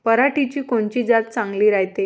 पऱ्हाटीची कोनची जात चांगली रायते?